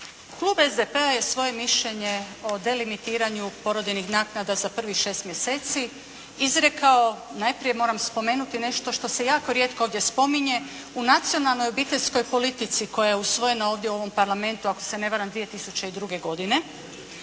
Klub SDP-a je svoje mišljenje o delimitiranju porodiljnih naknada za prvih 6 mjeseci izrekao, najprije moram spomenuti nešto što se jako rijetko ovdje spominje, u nacionalnoj obiteljskoj politici koja je usvojena ovdje u ovom Parlamentu ako se ne varam 2002. godine,